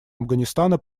афганистана